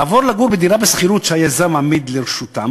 לעבור לגור בדירה בשכירות שהיזם מעמיד לרשותם,